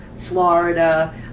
Florida